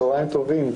צהריים טובים.